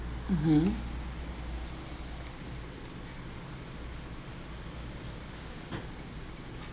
mmhmm